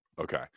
Okay